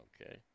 Okay